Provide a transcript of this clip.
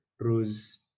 rose